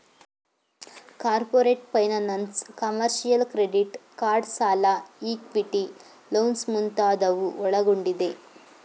corporate finance, commercial, credit card ಸಾಲ, equity loans ಮುಂತಾದವು ಒಳಗೊಂಡಿದೆ